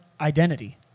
identity